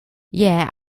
yeah